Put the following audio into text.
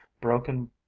broken